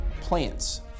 Plants